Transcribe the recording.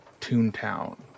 Toontown